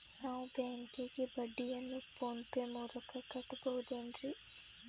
ನಾವು ಬ್ಯಾಂಕಿಗೆ ಬಡ್ಡಿಯನ್ನು ಫೋನ್ ಪೇ ಮೂಲಕ ಕಟ್ಟಬಹುದೇನ್ರಿ?